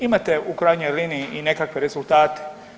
Imate u krajnjoj liniji i nekakve rezultate.